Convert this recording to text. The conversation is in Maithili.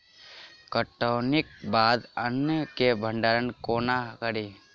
कटौनीक बाद अन्न केँ भंडारण कोना करी?